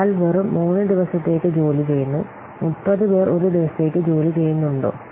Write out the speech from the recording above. ഒരാൾ വെറും 3 ദിവസത്തേക്ക് ജോലി ചെയ്യുന്നു 30 പേർ 1 ദിവസത്തേക്ക് ജോലി ചെയ്യുന്നുണ്ടോ